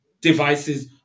devices